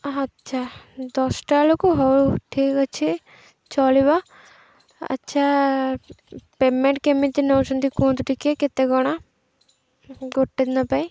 ଆଚ୍ଛା ଦଶଟା ବେଳକୁ ହଉ ଠିକ୍ ଅଛି ଚଳିବ ଆଚ୍ଛା ପେମେଣ୍ଟ କେମିତି ନଉଛନ୍ତି କୁହନ୍ତୁ ଟିକେ କେତେ କ'ଣ ଗୋଟେ ଦିନ ପାଇଁ